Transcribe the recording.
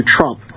Trump